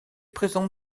présente